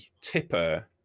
tipper